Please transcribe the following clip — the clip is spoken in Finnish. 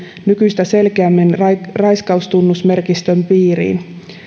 nykyistä selkeämmin raiskaustunnusmerkistön piiriin